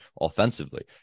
offensively